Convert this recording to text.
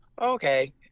okay